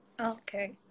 Okay